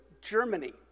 Germany